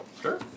Sure